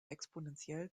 exponentiell